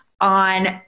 on